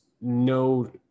no